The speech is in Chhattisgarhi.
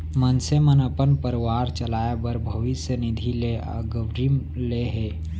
मनसे मन अपन परवार चलाए बर भविस्य निधि ले अगरिम ले हे